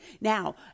Now